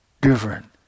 different